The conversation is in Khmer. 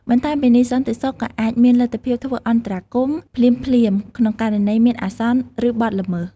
បន្ថែមពីនេះ សន្តិសុខក៏អាចមានលទ្ធភាពធ្វើអន្តរាគមន៍ភ្លាមៗក្នុងករណីមានអាសន្ន ឬបទល្មើស។